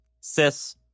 Sis